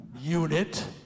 unit